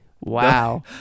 wow